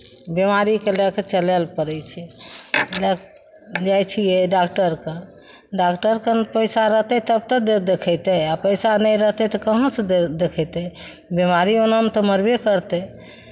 बिमारीकेँ लए कऽ चलय लए पड़ैत छै जाइ छियै डॉक्टर कन डॉक्टर कन पैसा रहतै तब तऽ लोक देखयतै आ पैसा नहि रहतै तऽ कहाँसँ दे देखयतै बिमारी ओनामे तऽ मरबे करतै